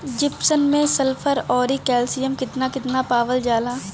Gypsum मैं sulphur औरी calcium कितना कितना पावल जाला?